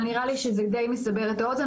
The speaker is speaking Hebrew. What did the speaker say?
אבל נראה לי שזה די מסבר את האוזן,